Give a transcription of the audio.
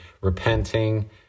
Repenting